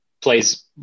plays